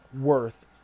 worth